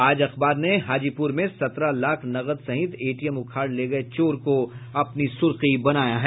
आज अखबार ने हाजीपुर में सत्रह लाख नकद सहित एटीएम उखाड़ ले गये चोर को अपनी सुर्खी बनायी है